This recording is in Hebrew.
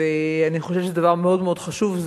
אני חושבת שזה דבר מאוד מאוד חשוב.